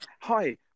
Hi